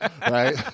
right